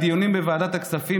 בדיונים בוועדת הכספים,